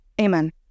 Amen